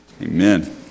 Amen